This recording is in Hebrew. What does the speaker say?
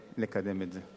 לקדם את זה.